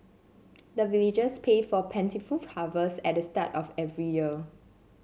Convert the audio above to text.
the villagers pay for plentiful harvest at the start of every year